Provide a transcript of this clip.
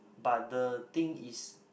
but the thing is